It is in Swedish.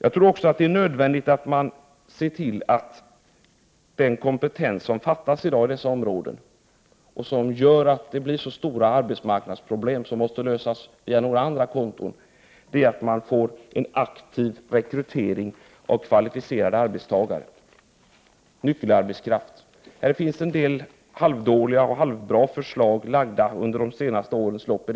I dag fattas det alltså kompetens inom dessa områden, vilket gör att det blir så stora arbetsmarknadsproblem som måste lösas via några andra konton, och jag tror därför att det är nödvändigt att få en aktiv rekrytering av kvalificerade arbetstagare, nyckelarbetskraft. Här finns en del halvdåliga och halvbra förslag lagda i riksdagen under de senaste årens lopp.